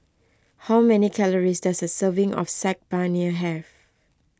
how many calories does a serving of Saag Paneer have